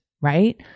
right